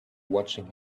watching